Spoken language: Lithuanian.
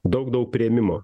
daug daug priėmimo